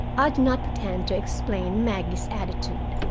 i do not pretend to explain maggie's attitude.